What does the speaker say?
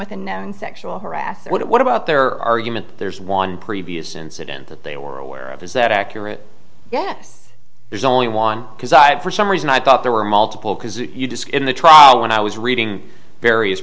with a known sexual harasser what about their argument that there's one previous incident that they were aware of is that accurate yes there's only one because i had for some reason i thought there were multiple because you disc in the trial when i was reading various